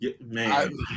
man